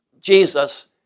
Jesus